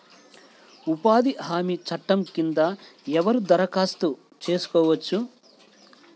ఉపాధి హామీ చట్టం కింద ఎవరు దరఖాస్తు చేసుకోవచ్చు?